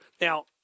Now